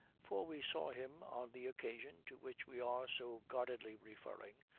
for we saw him, on the occasion to which we are so guardedly referring,